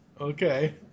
Okay